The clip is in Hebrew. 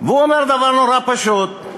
אומר דבר נורא פשוט: